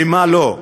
לְמה לא?